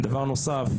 דבר נוסף,